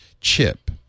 chip